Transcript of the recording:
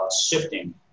shifting